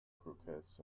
croquettes